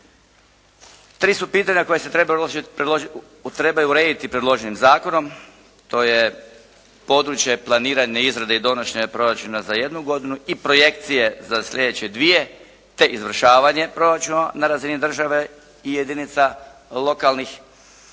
Tri se pitanja koja se trebaju urediti predloženim zakonom. To je područje planirane izrade i donošenja proračuna za jednu godinu i projekcije za sljedeće dvije te izvršavanje proračuna na razini države i jedinica lokalnih, lokalne